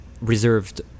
reserved